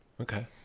Okay